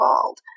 called